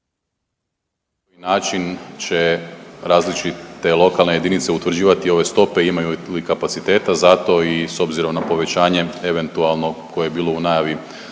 način će različite lokalne jedinice utvrđivati ove stope i imaju li kapaciteta za to i s obzirom na povećanje eventualno koje je bilo u najavi